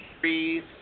breathe